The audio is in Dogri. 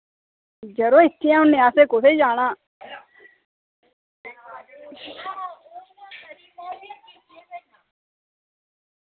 यरो इत्थें होने अस कुत्थें जाना